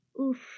Oof